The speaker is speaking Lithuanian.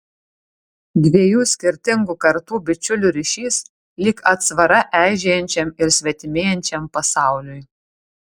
dviejų skirtingų kartų bičiulių ryšys lyg atsvara eižėjančiam ir svetimėjančiam pasauliui